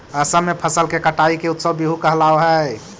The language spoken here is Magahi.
असम में फसल के कटाई के उत्सव बीहू कहलावऽ हइ